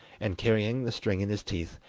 and carrying the string in his teeth,